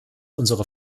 unsere